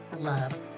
love